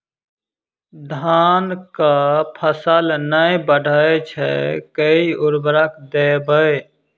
धान कऽ फसल नै बढ़य छै केँ उर्वरक देबै?